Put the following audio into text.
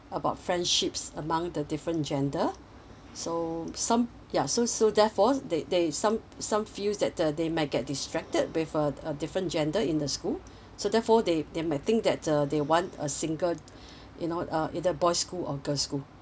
about friendships among the different gender so some ya so so therefore there there is some some feels that uh they might get distracted with uh uh different gender in the school so therefore they they might think that's uh they want a single you know uh either boys school or girls school